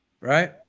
right